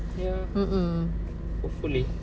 mm mm